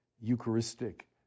Eucharistic